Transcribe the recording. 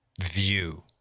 view